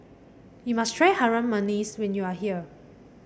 you must try Harum Manis when you are here